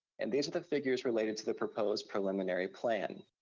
and these are the figures related to the proposed preliminary plan.